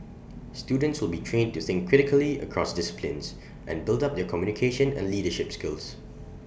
students will be trained to think critically across disciplines and build up their communication and leadership skills